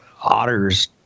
otters